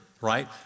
right